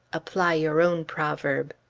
apply your own proverb.